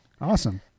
Awesome